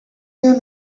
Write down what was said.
your